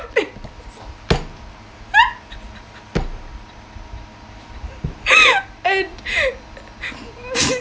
and